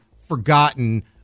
forgotten